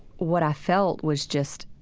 what i felt was just